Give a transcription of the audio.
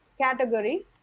category